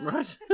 Right